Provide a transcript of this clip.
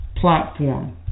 platform